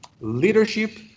leadership